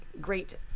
great